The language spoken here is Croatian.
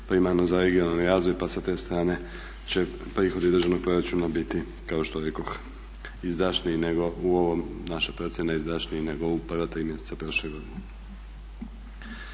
primarno za regionalni razvoj pa sa te strane će prihodi državnog proračuna biti kao što rekoh izdašniji nego u prva tri mjeseca prošle godine.